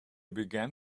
began